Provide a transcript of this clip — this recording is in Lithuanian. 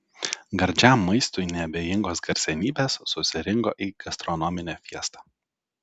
gardžiam maistui neabejingos garsenybės susirinko į gastronominę fiestą